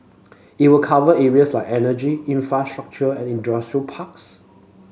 it will cover areas like energy infrastructure and industrial parks